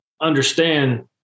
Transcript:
understand